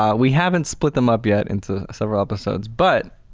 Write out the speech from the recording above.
um we haven't split them up yet into several episodes. but,